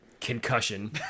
concussion